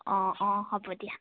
অঁ অঁ হ'ব দিয়া